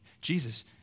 Jesus